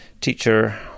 teacher